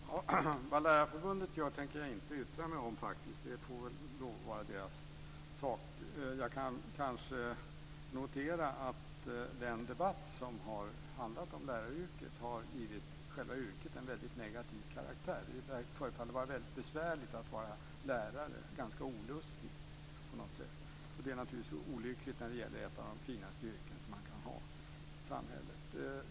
Fru talman! Vad Lärarförbundet gör tänker jag inte yttra mig om, det får vara deras sak. Jag kan notera att den debatt som har handlat om läraryrket har givit själva yrket en väldigt negativ karaktär. Det förefaller väldigt besvärligt att vara lärare, ganska olustigt. Det är naturligtvis olyckligt när det gäller ett av de finaste yrken man kan ha i samhället.